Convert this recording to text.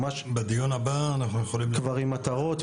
בדיון הבא אנחנו יכולים --- כבר עם מטרות,